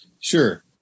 Sure